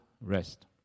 rest